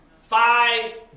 Five